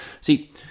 See